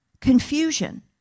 confusion